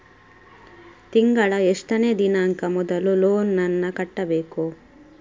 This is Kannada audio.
ತಿಂಗಳ ಎಷ್ಟನೇ ದಿನಾಂಕ ಮೊದಲು ಲೋನ್ ನನ್ನ ಕಟ್ಟಬೇಕು?